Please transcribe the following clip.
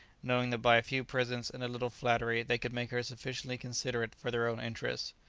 knowing that by a few presents and a little flattery they could make her sufficiently considerate for their own interests.